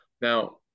Now